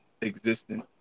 existing